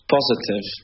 positive